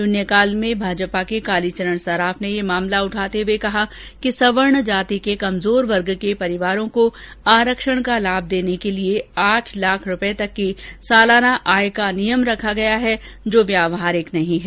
शून्यकाल में भाजपा के कालीचरण सर्राफ ने यह मामला उठाते हुए कहा कि सवर्ण जाति के कमजोर वर्गे के परिवार को आरक्षण का लाभ देने के लिए आठ लाख रूपए तक की सालाना आय का नियम रखा गया है जो व्यवहारिक नहीं है